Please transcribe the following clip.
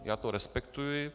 Já to respektuji.